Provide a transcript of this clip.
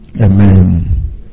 Amen